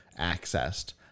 accessed